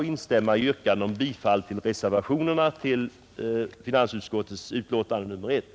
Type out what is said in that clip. Jag instämmer i yrkandena om bifall till reservationen till finansutskottets betänkande nr 1.